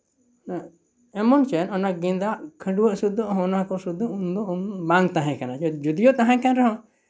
ᱮᱢᱚᱱ ᱪᱮᱫ ᱚᱱᱟ ᱜᱮᱸᱫᱟᱜ ᱠᱷᱟᱹᱰᱣᱟᱜ ᱥᱩᱫᱟᱹᱜ ᱚᱱᱟᱠᱚ ᱥᱩᱫᱩ ᱩᱱ ᱫᱚ ᱩᱱ ᱵᱟᱝ ᱛᱟᱦᱮᱸ ᱠᱟᱱᱟ ᱡᱚᱫᱤᱭᱳ ᱛᱟᱦᱮᱸ ᱠᱟᱱ ᱨᱮᱦᱚᱸ